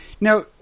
Now